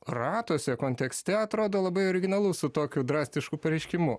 ratuose kontekste atrodo labai originalus su tokiu drastišku pareiškimu